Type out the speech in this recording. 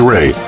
Ray